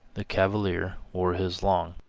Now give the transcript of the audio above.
the cavalier, wore his long.